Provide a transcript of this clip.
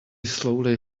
slowly